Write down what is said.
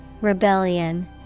Rebellion